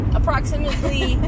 approximately